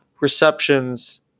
receptions